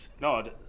No